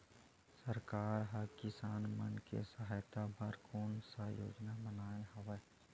सरकार हा किसान मन के सहायता बर कोन सा योजना बनाए हवाये?